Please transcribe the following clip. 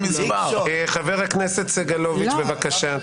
חבר הכנסת יואב סגלוביץ', בבקשה.